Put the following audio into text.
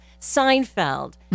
Seinfeld